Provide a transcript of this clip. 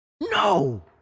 No